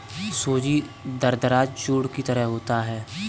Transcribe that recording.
सूजी दरदरा चूर्ण की तरह होता है